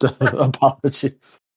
apologies